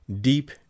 deep